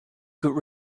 could